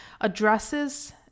Addresses